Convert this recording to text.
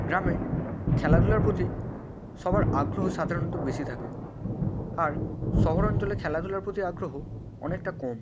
গ্রামে খেলাধুলার প্রতি সবার আগ্রহ সাধারণত বেশি থাকে আর শহর অঞ্চলে খেলাধুলার প্রতি আগ্রহ অনেকটা কম